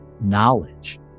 knowledge